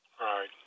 Right